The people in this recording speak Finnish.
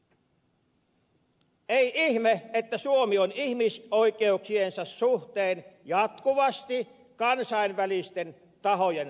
ei ihme että suomi on ihmisoikeuksiensa suhteen jatkuvasti kansainvälisten tahojen tarkkailussa